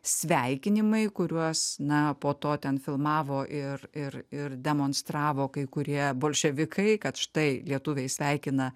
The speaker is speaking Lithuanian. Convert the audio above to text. sveikinimai kuriuos na po to ten filmavo ir ir ir demonstravo kai kurie bolševikai kad štai lietuviai sveikina